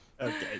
Okay